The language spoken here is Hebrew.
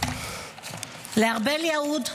לארבל יהוד,